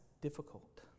difficult